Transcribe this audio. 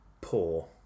poor